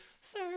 Sir